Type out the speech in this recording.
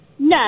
No